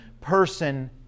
person